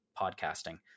podcasting